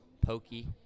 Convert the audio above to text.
pokey